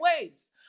ways